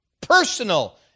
Personal